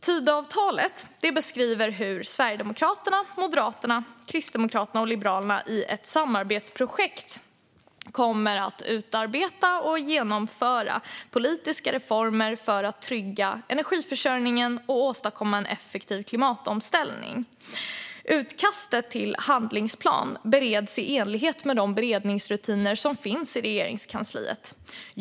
Tidöavtalet beskriver hur Sverigedemokraterna, Moderaterna, Kristdemokraterna och Liberalerna i ett samarbetsprojekt kommer att utarbeta och genomföra politiska reformer för att trygga energiförsörjningen och åstadkomma en effektiv klimatomställning. Utkastet till handlingsplanen bereds i enlighet med de beredningsrutiner som finns i Regeringskansliet.